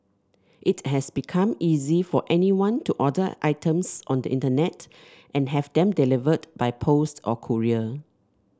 it has become easy for anyone to order items on the Internet and have them delivered by post or courier